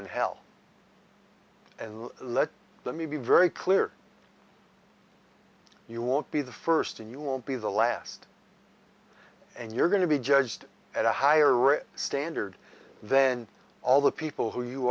in hell and let me be very clear you won't be the first and you won't be the last and you're going to be judged at a higher rate standard then all the people who you